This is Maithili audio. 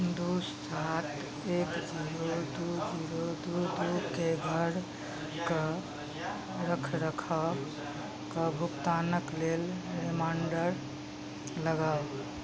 दुइ सात एक जीरो दुइ जीरो दुइ दुइके घरके रखरखावके भुगतानक लेल रिमाइण्डर लगाउ